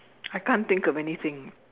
I can't think of anything